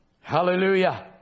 Hallelujah